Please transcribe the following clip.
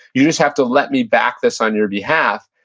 you just have to let me back this on your behalf,